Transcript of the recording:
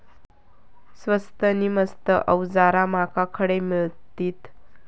स्वस्त नी मस्त अवजारा माका खडे मिळतीत?